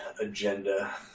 agenda